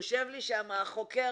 יושב לי שם חוקר